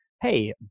Hey